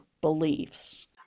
beliefs